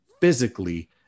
physically